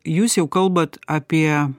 jūs jau kalbat apie